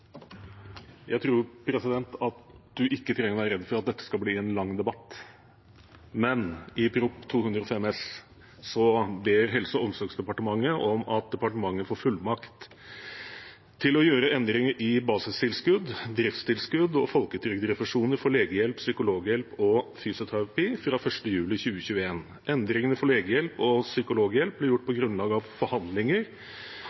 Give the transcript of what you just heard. Jeg tror ikke presidenten trenger å være redd for at dette skal bli en lang debatt. I Prop. 205 S for 2020–2021 ber Helse- og omsorgsdepartementet om at departementet får fullmakt til å gjøre endringer i basistilskudd, driftstilskudd og folketrygdrefusjoner for legehjelp, psykologhjelp og fysioterapi fra 1. juli 2021. Endringene for legehjelp og psykologhjelp blir gjort på